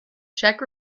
czech